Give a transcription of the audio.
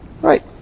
Right